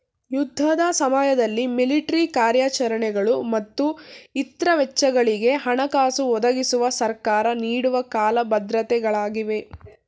ಯುದ್ಧದ ಸಮಯದಲ್ಲಿ ಮಿಲಿಟ್ರಿ ಕಾರ್ಯಾಚರಣೆಗಳು ಮತ್ತು ಇತ್ರ ವೆಚ್ಚಗಳಿಗೆ ಹಣಕಾಸು ಒದಗಿಸುವ ಸರ್ಕಾರ ನೀಡುವ ಕಾಲ ಭದ್ರತೆ ಗಳಾಗಿವೆ